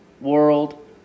world